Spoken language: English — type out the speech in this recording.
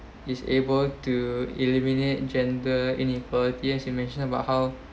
is able to eliminate gender inequality as you mentioned about how